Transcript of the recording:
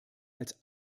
als